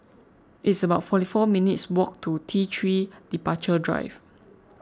it's about forty four minutes' walk to T three Departure Drive